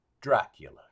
Dracula